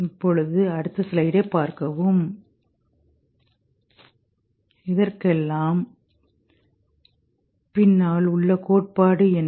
slide நேரம் 2508 ஐப் பார்க்கவும்இதற்கெல்லாம் பின்னால் உள்ள கோட்பாடு என்ன